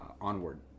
Onward